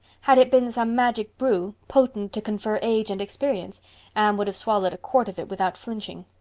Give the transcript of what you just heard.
had it been some magic brew, potent to confer age and experience, anne would have swallowed a quart of it without flinching.